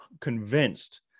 convinced